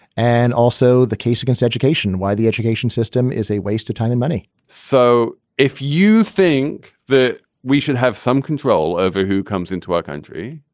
and also the case against education, why the education system is a waste of time and money so if you think that we should have some control over who comes into our country,